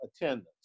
attendance